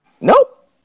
Nope